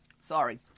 Sorry